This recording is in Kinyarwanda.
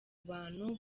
bantu